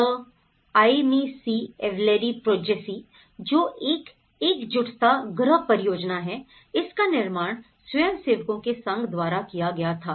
the आई मिसी एलवेरी प्रोजएसी जो एक एकजुटता गृह परियोजना है इसका निर्माण स्वयंसेवकों के संघ द्वारा किया गया था